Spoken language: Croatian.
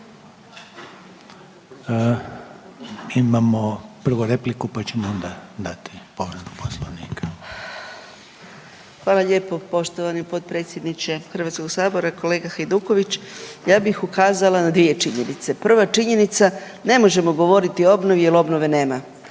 Imamo prvo repliku, pa ćemo onda dati povredu Poslovnika. **Mrak-Taritaš, Anka (GLAS)** Hvala lijepo poštovani potpredsjedniče Hrvatskoga sabora. Kolega Hajduković, ja bih ukazala na dvije činjenice. Prva činjenica, ne možemo govoriti o obnovi jer obnove nema.